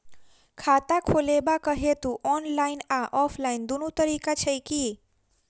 खाता खोलेबाक हेतु ऑनलाइन आ ऑफलाइन दुनू तरीका छै की?